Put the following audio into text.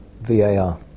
VAR